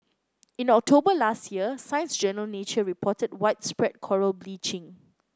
in October last year Science Journal Nature reported widespread coral bleaching